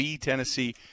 Tennessee